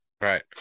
right